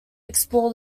explore